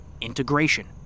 integration